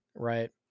Right